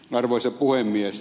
arvoisa puhemies